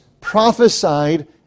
prophesied